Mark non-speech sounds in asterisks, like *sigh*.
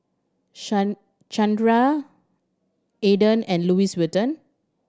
*unintelligible* Chanira Aden and Louis Vuitton